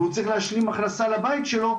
והוא צריך להשלים הכנסה לבית שלו,